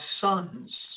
sons